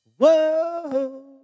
Whoa